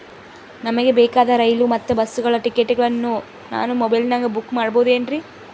ನಮಗೆ ಬೇಕಾದ ರೈಲು ಮತ್ತ ಬಸ್ಸುಗಳ ಟಿಕೆಟುಗಳನ್ನ ನಾನು ಮೊಬೈಲಿನಾಗ ಬುಕ್ ಮಾಡಬಹುದೇನ್ರಿ?